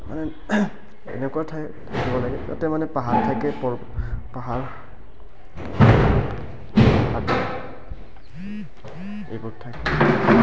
মানে এনেকুৱা ঠাই থাকিব লাগে যাতে মানে পাহাৰ থাকে পৰ্বত পাহাৰ হাবি এইবোৰ ঠাই